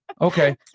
Okay